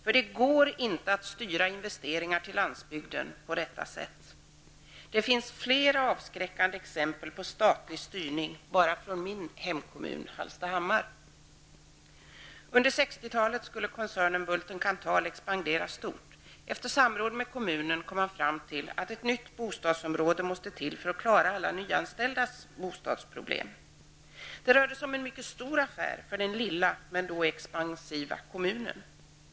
Det går inte styra investeringar till landsbygden på detta sätt. Det finns flera avskräckande exempel på statlig styrning bara från min hemkommun Hallstahammar. Under 60-talet skulle koncernen Bulten-Kanthal expandera stort. Efter samråd med kommunen kom man fram till att ett nytt bostadsområde måste till för att klara alla nyanställdas bostadsproblem. Det rörde sig om en mycket stor affär för den lilla, men då expansiva kommunen.